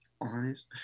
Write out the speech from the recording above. honest